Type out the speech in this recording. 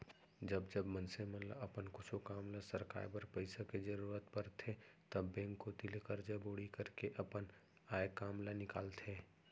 जब जब मनसे मन ल अपन कुछु काम ल सरकाय बर पइसा के जरुरत परथे तब बेंक कोती ले करजा बोड़ी करके अपन आय काम ल निकालथे